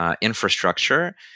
infrastructure